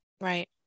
Right